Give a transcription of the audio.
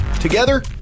Together